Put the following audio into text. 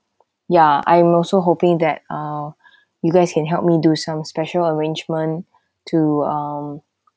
ya I am also hoping that uh you guys can help me do some special arrangement to um